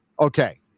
Okay